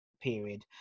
period